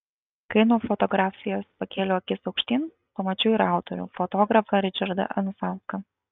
kai nuo fotografijos pakėliau akis aukštyn pamačiau ir autorių fotografą ričardą anusauską